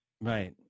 Right